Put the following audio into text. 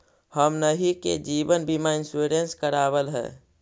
हमनहि के जिवन बिमा इंश्योरेंस करावल है?